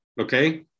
okay